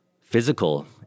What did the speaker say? physical